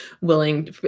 willing